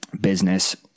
business